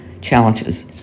challenges